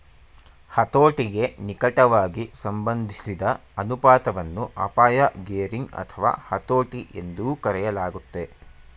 ಹತೋಟಿಗೆ ನಿಕಟವಾಗಿ ಸಂಬಂಧಿಸಿದ ಅನುಪಾತವನ್ನ ಅಪಾಯ ಗೇರಿಂಗ್ ಅಥವಾ ಹತೋಟಿ ಎಂದೂ ಕರೆಯಲಾಗುತ್ತೆ